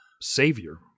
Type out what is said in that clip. Savior